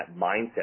mindset